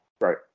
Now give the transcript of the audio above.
Right